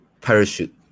parachute